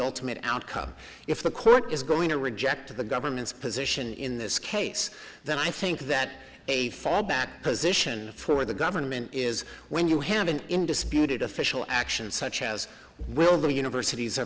ultimate outcome if the court is going to reject the government's position in this case then i think that a fall back position for the government is when you have an indisputed official action such as will the universities